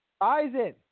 Eisen